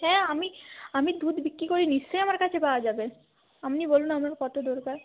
হ্যাঁ আমি আমি দুধ বিক্রি করি নিশ্চয়ই আমার কাছে পাওয়া যাবে আপনি বলুন আপনার কতো দরকার